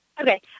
Okay